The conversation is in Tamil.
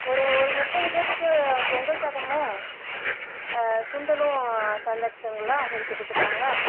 ஒரு ஒரு முப்பது பேர்த்துக்கு பொங்கல் சாதமும் ஆ சுண்டலும் தந்துர்ட்டுங்களா செஞ்சு கொடுத்துட்லாங்களா